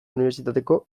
unibertsitateko